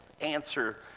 answer